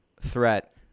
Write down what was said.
threat